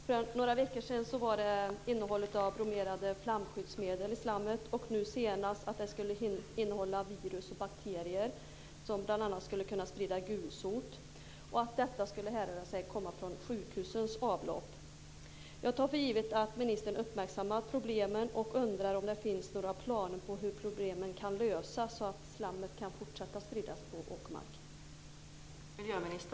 För några veckor sedan var det bromerade flamskyddsmedel i slammet och nu senast att det skulle innehålla virus och bakterier som bl.a. skulle kunna sprida gulsot och att detta skulle komma från sjukhusens avlopp. Jag tar för givet att ministern uppmärksammar problemen och undrar om det finns några planer på hur problemen kan lösas så att spridning av slammet på åkermark kan fortsätta.